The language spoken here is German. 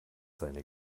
seine